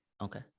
Okay